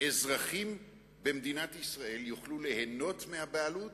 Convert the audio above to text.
אזרחים במדינת ישראל יוכלו ליהנות מהבעלות,